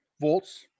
volts